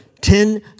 Ten